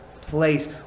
place